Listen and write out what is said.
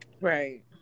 Right